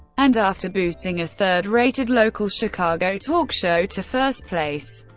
and after boosting a third-rated local chicago talk show to first place,